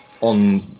on